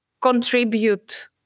contribute